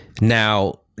now